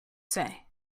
say